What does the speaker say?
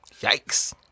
Yikes